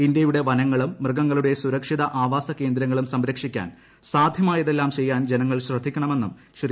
ഇന്ത്യയുടെ വനങ്ങളും മൃഗങ്ങളുടെ സുരക്ഷിത ആവാസ കേന്ദ്രങ്ങളും സംരക്ഷിക്കാൻ സാധ്യമായതെല്ലാം ചെയ്യാൻ ജനങ്ങൾ ശ്രദ്ധിക്കണമെന്നും ശ്രീ